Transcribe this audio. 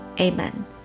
amen